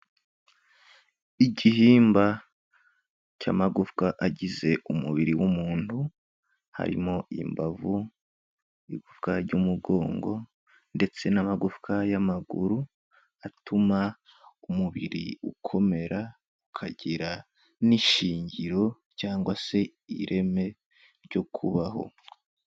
Igihimba cy'amagufwa agize umubiri w'umuntu, harimo imbavu, igufwa ry'umugongo ndetse n'amagufwa y'amaguru atuma umubiri ukomera ukagira n'ishingiro cyangwa se ireme ryo kubaho.